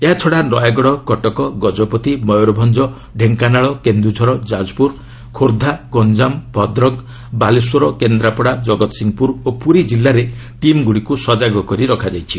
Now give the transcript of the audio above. ଏହାଛଡ଼ା ନୟାଗଡ଼ କଟକ ଗଜପତି ମୟରଭଞ୍ଜ ଢେଙ୍କାନାଳ କେନ୍ଦୁଝର ଯାଜପ୍ରର ଖୋର୍ଦ୍ଧା ଗଞ୍ଜାମ ଭଦ୍ରକ ବାଲେଶ୍ୱର କେନ୍ଦ୍ରାପଡ଼ା ଜଗତ୍ସିଂହପୁର ଓ ପୁରୀ ଜିଲ୍ଲାରେ ଟିମ୍ଗ୍ରଡ଼ିକୁ ସଜାଗ କରି ରଖାଯାଇଛି